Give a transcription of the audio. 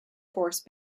force